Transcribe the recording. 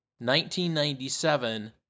1997